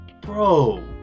bro